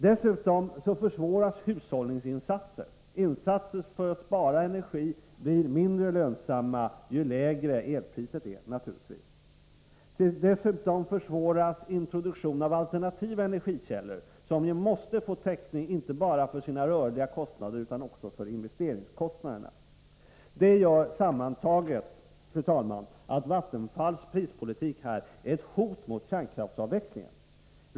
Dessutom försvåras hushållningsinsatser. Åtgärder för att spara energi blir naturligtvis mindre lönsamma ju lägre elpriset är. Vidare blir det svårare att introducera alternativa energikällor, som måste få täckning inte bara för sina rörliga kostnader utan också för investeringskostnaderna. Detta har sammantaget, fru talman, medfört att Vattenfalls prispolitik är ett hot mot kärnkraftsavvecklingen.